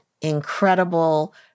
incredible